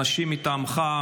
אנשים מטעמך,